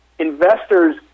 investors